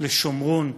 לשומרון,